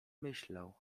myślał